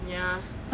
ya